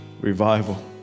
revival